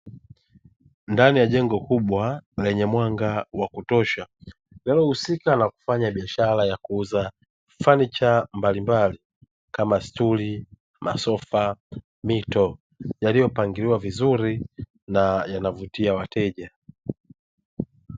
Ndani ya jengo kubwa lenye mwanga wa kutosha linalohusika na kufanya biashara ya kuuza samani mbalimbali kama stuli, masofa, mito. Yaliyopangiliwa vizuri na yanavutia wateja.